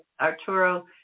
Arturo